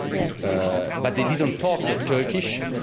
yes ah but they didn't talk turkish.